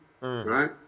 right